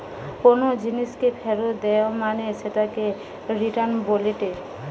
কোনো জিনিসকে ফেরত দেয়া মানে সেটাকে রিটার্ন বলেটে